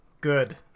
Good